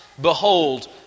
Behold